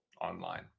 online